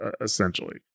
essentially